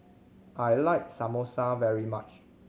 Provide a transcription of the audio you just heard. I like Samosa very much